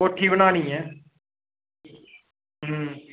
कोठी बनानी ऐ अं